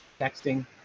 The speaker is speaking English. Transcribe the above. texting